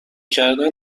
کردن